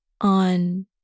on